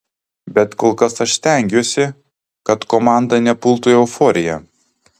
bet kol kas aš stengiuosi kad komanda nepultų į euforiją